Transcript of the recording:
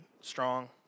strong